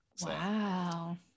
Wow